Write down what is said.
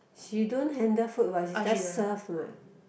she don't handle food what she just serve what